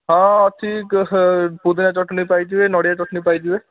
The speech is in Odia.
ହଁ ଅଛି ପୁଦିନା ଚଟଣି ପାଇଯିବେ ନଡ଼ିଆ ଚଟଣି ପାଇଯିବେ